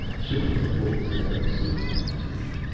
showing a full set of saber-like teeth.